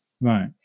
Right